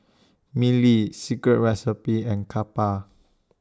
Mili Secret Recipe and Kappa